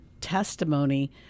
testimony